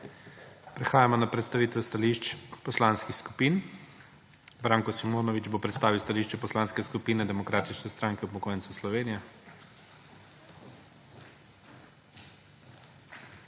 Prehajamo na predstavitev stališč poslanskih skupin. Branko Simonovič bo predstavil stališče Poslanske skupine Demokratične stranke upokojencev Slovenije.